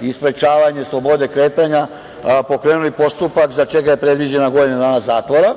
i sprečavanje slobode kretanja, pokrenuli postupak za čega je predviđena godina dana zatvora,